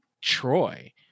Troy